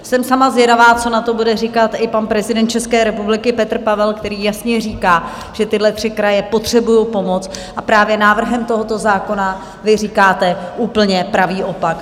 Jsem sama zvědavá, co na to bude říkat i pan prezident České republiky Petr Pavel, který jasně říká, že tyhle tři kraje potřebují pomoc, a právě návrhem tohoto zákona vy říkáte úplně pravý opak.